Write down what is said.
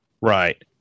Right